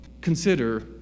consider